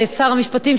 שר המשפטים,